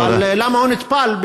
אבל למה הוא נטפל?